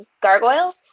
gargoyles